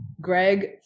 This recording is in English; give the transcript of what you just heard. Greg